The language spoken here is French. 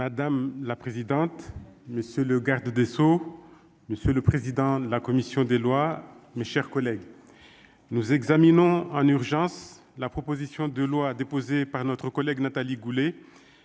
Madame la présidente, monsieur le garde des Sceaux, monsieur le président de la commission des lois, mes chers collègues, nous examinons en urgence la proposition de loi déposée par notre collègue Nathalie Goulet